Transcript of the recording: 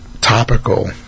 topical